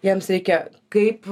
jiems reikia kaip